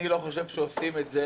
אני לא חושב שעושים את זה,